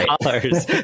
dollars